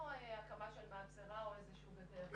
זו לא הקמה של מאצרה או איזושהי גדר,